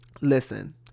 listen